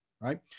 Right